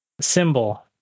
symbol